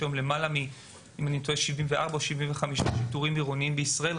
יש למעלה מ-75 שיטור עירוני בישראל,